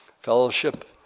fellowship